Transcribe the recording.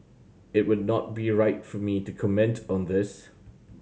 it would not be right for me to comment on this